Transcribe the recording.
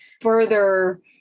further